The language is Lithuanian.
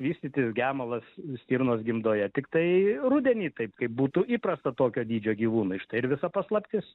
vystytis gemalas stirnos gimdoje tiktai rudenį taip kaip būtų įprasta tokio dydžio gyvūnai štai ir visa paslaptis